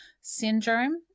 syndrome